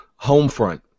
Homefront